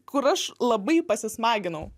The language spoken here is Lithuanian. kur aš labai pasismaginau